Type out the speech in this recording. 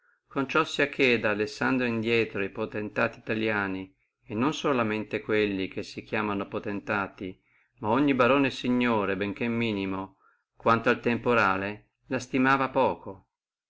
con ciò sia che da alessandro indrieto e potentati italiani et non solum quelli che si chiamavono e potentati ma ogni barone e signore benché minimo quanto al temporale la estimava poco